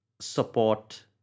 support